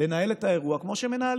אז מתחילים לנהל את האירוע כמו שמנהלים,